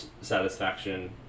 satisfaction